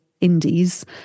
indies